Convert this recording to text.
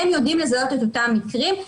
הם יודעים לזהות את אותם מקרים.